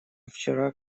вчера